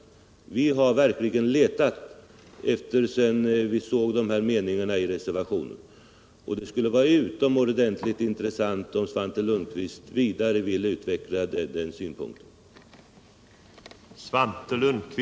Och vi har verkligen letat, sedan vi läste meningarna om detta i reservationen. Därför skulle det vara utomordentligt intressant om Svante Lundkvist ville utveckla den synpunkten litet mera.